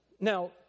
Now